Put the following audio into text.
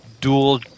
dual